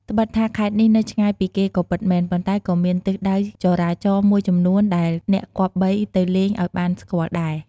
ត្បិតថាខេត្តនេះនៅឆ្ងាយពីគេក៏ពិតមែន ប៉ុន្តែក៏មានទិសដៅចរាចរណ៍មួយចំនួនដែលអ្នកគប្បីទៅលេងឱ្យបានស្គាល់ដែរ។